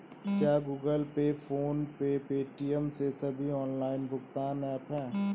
क्या Google pay PhonePe Paytm ये सभी ऑनलाइन भुगतान ऐप हैं?